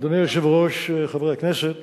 אדוני היושב-ראש, חברי הכנסת,